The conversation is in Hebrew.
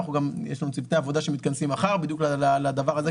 ויש לנו גם צוותי עבודה שמתכנסים מחר בדיוק בשביל הדבר הזה.